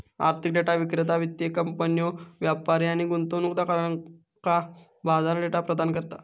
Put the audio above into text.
आर्थिक डेटा विक्रेता वित्तीय कंपन्यो, व्यापारी आणि गुंतवणूकदारांका बाजार डेटा प्रदान करता